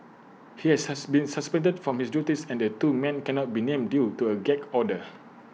he has been suspended from his duties and the two men cannot be named due to A gag order